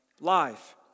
life